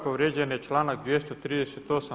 Povrijeđen je članak 238.